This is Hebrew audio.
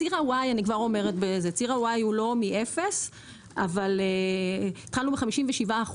ציר ה-Y הוא לא מאפס אבל התחלנו ב-57%,